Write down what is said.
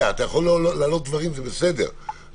יכול להעלות דברים, זה בסדר.